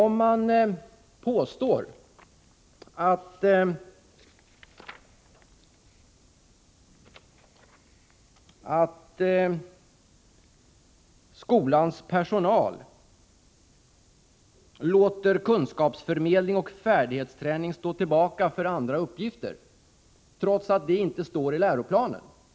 Man påstår i den moderata reservationen att kunskapsförmedling och färdighetsträning får stå tillbaka för andra uppgifter — vilket inte står i läroplanen.